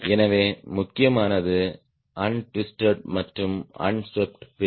எனவே முக்கியமானது அண்ட்விஸ்ட்டேட் மற்றும் அண்ஸ்வீப்ட் விங் பிரிவு